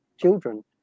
children